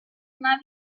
una